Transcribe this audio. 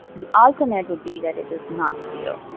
the alternate would be that it is not zero.